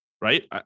Right